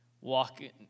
walking